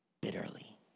bitterly